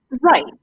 Right